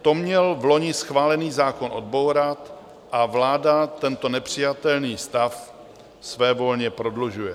To měl vloni schválený zákon odbourat a vláda tento nepřijatelný stav svévolně prodlužuje.